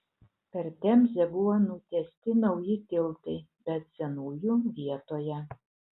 per temzę buvo nutiesti nauji tiltai bet senųjų vietoje